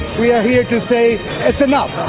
we are here to say that's enough,